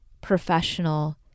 professional